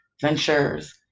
ventures